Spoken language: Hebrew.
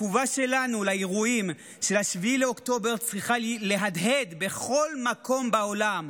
התגובה שלנו על האירועים של 7 באוקטובר צריכה להדהד בכל מקום בעולם,